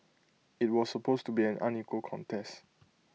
IT was supposed to be an unequal contest